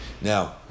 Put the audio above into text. now